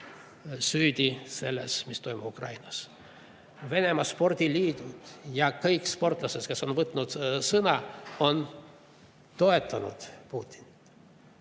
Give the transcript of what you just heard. süüdi selles, mis toimub Ukrainas. Venemaa spordiliidud ja kõik sportlased, kes on võtnud sõna, on toetanud Putinit